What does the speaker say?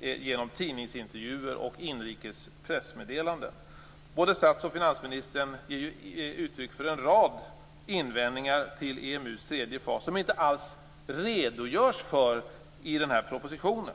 genom tidningsintervjuer och inrikes pressmeddelanden. Både stats och finansministern ger ju uttryck för en rad invändningar till EMU:s tredje fas som inte alls redogörs för i propositionen.